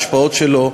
ההשפעות שלו,